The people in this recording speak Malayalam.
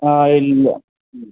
ആ ഇല്ല